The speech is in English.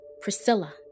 Priscilla